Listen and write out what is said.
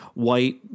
white